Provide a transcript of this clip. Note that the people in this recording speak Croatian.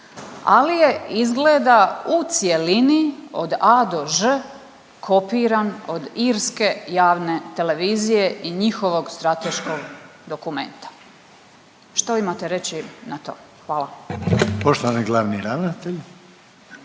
ali je izgleda u cjelini od A do Ž kopiran od irske javne televizije i njihovog strateškog dokumenta. Što imate reći na to? Hvala.